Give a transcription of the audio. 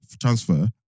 transfer